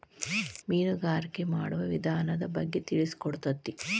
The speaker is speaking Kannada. ಮೇನುಗಾರಿಕೆ ಮಾಡುವ ವಿಧಾನದ ಬಗ್ಗೆ ತಿಳಿಸಿಕೊಡತತಿ